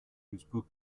duisburg